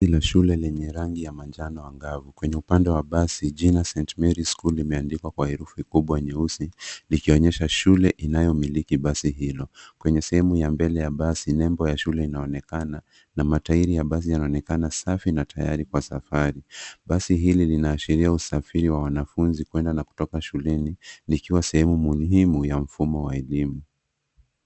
Basi ya shule lenye rangi ya manjano ang’avu. Kwenye upande wa basi, jina St. Mary’s School imeandikwa kwa herufi kubwa nyeusi, likionyesha shule inayomiliki basi hilo. Kwenye sehemu ya mbele ya basi, nembo ya shule inaonekana na matairi ya basi yanaonekana safi na tayari kwa safari. Basi hili linaashiria usafiri wa wanafunzi kwenda na kutoka shuleni, likiwa sehemu muhimu ya mfumo wa elimu.